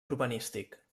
urbanístic